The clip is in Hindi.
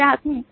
ग्राहक हम्म